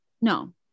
No